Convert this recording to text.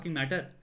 matter